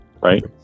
right